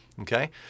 Okay